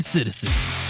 Citizens